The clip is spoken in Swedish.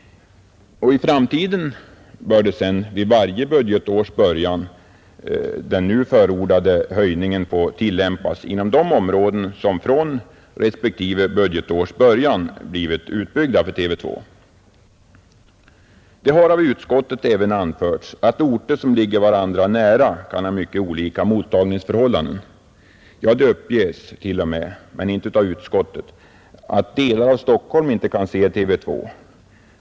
I framtiden bör sedan vid varje budgetårs början den nu förordade höjningen få tillämpas inom de områden som fram till nämnda tidpunkt blivit utbyggda för TV 2. Det har av utskottet även anförts att orter som ligger varandra nära kan ha mycket olika mottagningsförhållanden. Ja, det uppges t.o.m. — men inte av utskottet — att delar av Stockholm inte kan se TV 2.